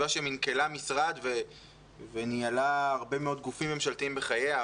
שמנכלה משרד וניהלה הרבה מאוד גופים ממשלתיים בחייה.